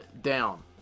down